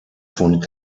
von